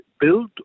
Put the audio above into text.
build